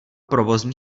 provozní